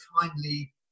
kindly